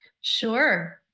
Sure